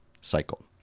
cycle